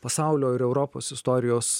pasaulio ir europos istorijos